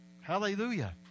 Hallelujah